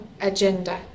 agenda